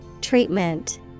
Treatment